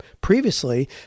previously